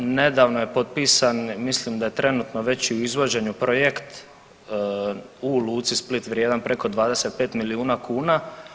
Nedavno je potpisan, mislim da je trenutno već i u izvođenju projekt u luci Split vrijedan preko 25 milijuna kuna.